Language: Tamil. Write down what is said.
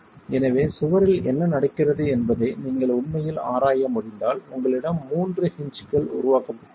எனவே சுவரில் என்ன நடக்கிறது என்பதை நீங்கள் உண்மையில் ஆராய முடிந்தால் உங்களிடம் மூன்று ஹின்ஜ்கள் உருவாக்கப்பட்டுள்ளன